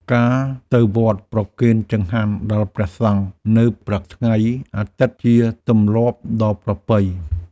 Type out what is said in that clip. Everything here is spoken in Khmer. ការទៅវត្តប្រគេនចង្ហាន់ដល់ព្រះសង្ឃនៅព្រឹកថ្ងៃអាទិត្យជាទម្លាប់ដ៏ប្រពៃ។